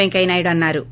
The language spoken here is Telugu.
పెంకయ్యనాయుడు అన్నా రు